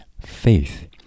faith